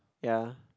ya